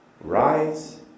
Rise